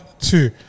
two